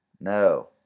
No